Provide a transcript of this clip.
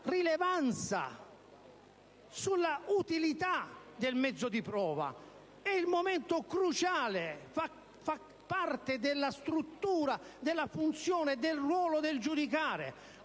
rilevanza e sull'utilità del mezzo di prova? È il momento cruciale, che fa parte della struttura, della funzione e del ruolo del giudicare